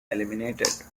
eliminated